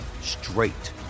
straight